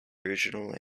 regional